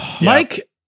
Mike